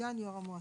סגן יו"ר המועצה.